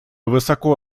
высоко